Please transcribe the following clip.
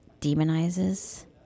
demonizes